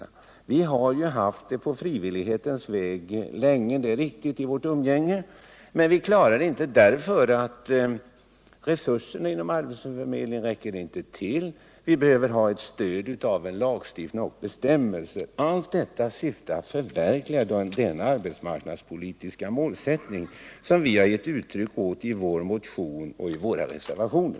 Det är rikugt att man sedan länge på frivillighetens väg har haft dessa möjligheter till kontakt, men vi klarar inte av det längre, för resurserna inom arbetsförmedlingen räcker inte till. Vi behöver stöd av lagstiftning och bestämmelser. Allt detta syftar till att förverkliga den arbetsmarknadspolitiska målsättning som vi gett uttryck åt i vår motion och i våra reservalioner.